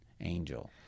Angel